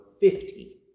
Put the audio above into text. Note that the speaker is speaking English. fifty—